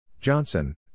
Johnson